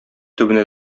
төбенә